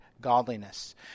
godliness